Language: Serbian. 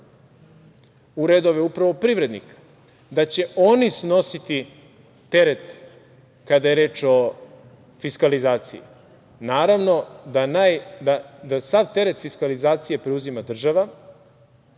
u redove, upravo, privrednika, da će oni snositi teret kada je reč o fiskalizaciji. Naravno da sav teret fiskalizacije preuzima država